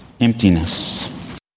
emptiness